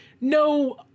No